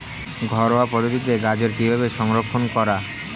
ঘরোয়া পদ্ধতিতে গাজর কিভাবে সংরক্ষণ করা?